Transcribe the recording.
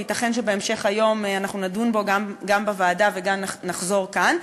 וייתכן שבהמשך היום אנחנו נדון בו גם בוועדה וגם נחזור כאן.